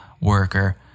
worker